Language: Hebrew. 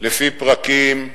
לפי פרקים.